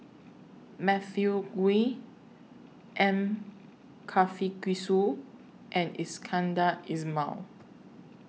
Matthew Ngui M Karthigesu and Iskandar Ismail